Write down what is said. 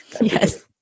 Yes